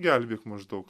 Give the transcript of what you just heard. gelbėk maždaug